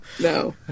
no